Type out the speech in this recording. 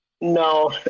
No